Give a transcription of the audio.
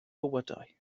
bywydau